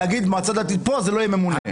להגיד מועצה דתית פה זה לא יהיה ממונה.